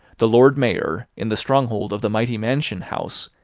the lord mayor, in the stronghold of the mighty mansion house,